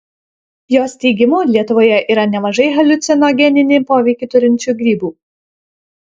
jos teigimu lietuvoje yra nemažai haliucinogeninį poveikį turinčių grybų